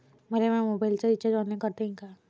मले माया मोबाईलचा रिचार्ज ऑनलाईन करता येईन का?